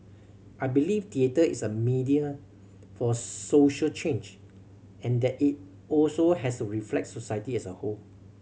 I believe theatre is a medium for social change and that it also has to reflect society as a whole